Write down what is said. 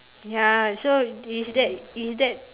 ya so is that is that